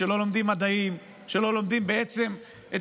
כשלא לומדים מדעים וכשלא לומדים בעצם את